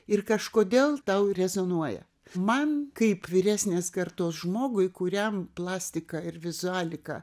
ir kažkodėl tau rezonuoja man kaip vyresnės kartos žmogui kuriam plastika ir vizualika